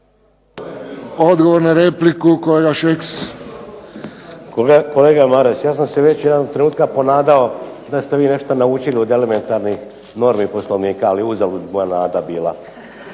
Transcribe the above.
Odgovor na repliku, kolega Šeks. **Šeks, Vladimir (HDZ)** Kolega Maras ja sam se već jednog trenutka ponadao da ste vi nešto naučili od elementarnih normi Poslovnika, ali je uzalud moja nada bila.